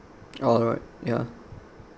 alright ya